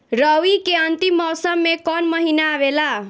रवी के अंतिम मौसम में कौन महीना आवेला?